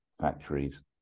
factories